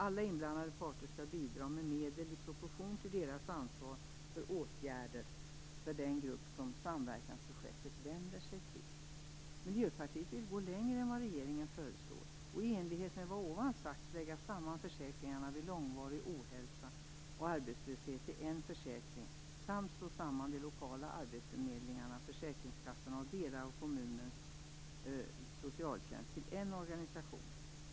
Alla inblandade parter skall bidra med medel i proportion till sitt ansvar för åtgärder för den grupp som samverkansprojektet vänder sig till. Miljöpartiet vill gå längre än regeringen föreslår och i enlighet med vad som redan sagts lägga samman försäkringarna vid långvarig ohälsa och arbetslöshet till en försäkring samt slå samman de lokala arbetsförmedlingarna, försäkringskassorna och delar av kommunens socialtjänst till en organisation.